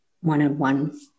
one-on-one